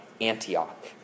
Antioch